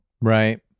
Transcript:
Right